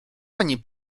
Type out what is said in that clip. pani